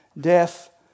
death